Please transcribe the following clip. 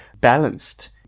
balanced